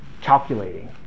calculating